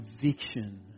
conviction